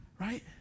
right